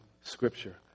Scripture